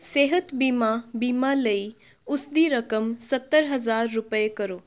ਸਿਹਤ ਬੀਮਾ ਬੀਮਾ ਲਈ ਉਸ ਦੀ ਰਕਮ ਸੱਤਰ ਹਜ਼ਾਰ ਰੁਪਏ ਕਰੋ